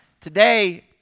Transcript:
Today